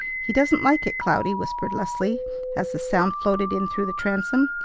he doesn't like it, cloudy, whispered leslie as the sound floated in through the transom.